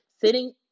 sitting